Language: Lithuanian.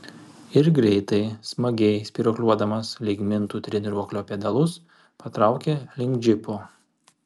ir greitai smagiai spyruokliuodamas lyg mintų treniruoklio pedalus patraukė link džipo